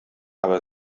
aber